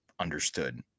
understood